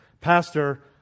Pastor